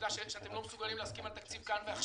העובדה שאתם לא מסוגלים להסכים על תקציב כאן ועכשיו,